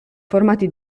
formati